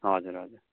हजुर हजुर